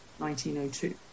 1902